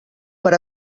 per